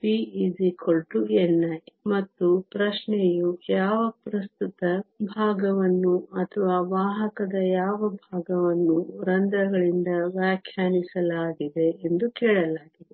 p ni ಮತ್ತು ಪ್ರಶ್ನೆಯು ಯಾವ ಪ್ರಸ್ತುತದ ಭಾಗವನ್ನು ಅಥವಾ ವಾಹಕದ ಯಾವ ಭಾಗವನ್ನು ರಂಧ್ರಗಳಿಂದ ವ್ಯಾಖ್ಯಾನಿಸಲಾಗಿದೆ ಎಂದು ಕೇಳಲಾಗಿದೆ